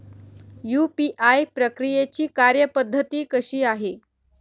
UPI प्रक्रियेची कार्यपद्धती कशी आहे?